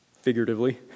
figuratively